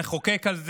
נחוקק על זה,